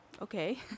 okay